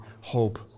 hope